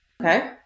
Okay